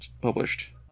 published